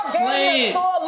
playing